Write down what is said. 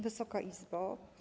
Wysoka Izbo!